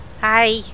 Hi